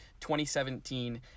2017